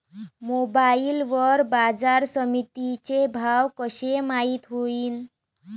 Mobile वर बाजारसमिती चे भाव कशे माईत होईन?